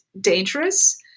dangerous